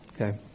Okay